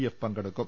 F പങ്കെടുക്കും